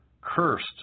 Cursed